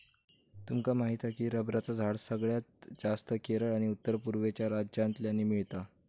तुमका माहीत हा की रबरचा झाड सगळ्यात जास्तं केरळ आणि उत्तर पुर्वेकडच्या राज्यांतल्यानी मिळता